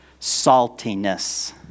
saltiness